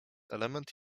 element